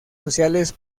sociales